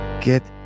get